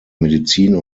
medizin